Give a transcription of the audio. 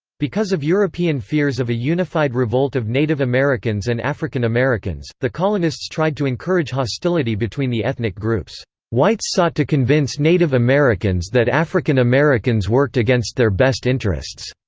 because of european fears of a unified revolt of native americans and african americans, the colonists tried to encourage hostility between the ethnic groups whites sought to convince native americans that african americans worked against their best interests.